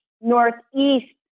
northeast